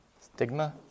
stigma